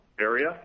area